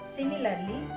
Similarly